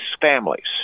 families